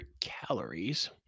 calories